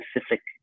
specific